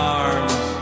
arms